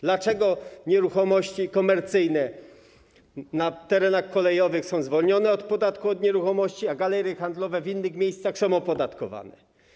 Dlaczego nieruchomości komercyjne na terenach kolejowych są zwolnione od podatku od nieruchomości, a galerie handlowe w innych miejscach są opodatkowane?